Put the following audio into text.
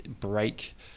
break